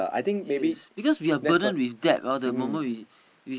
yes because we are burden with debt ah the moment we